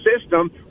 system